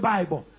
Bible